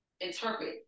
interpret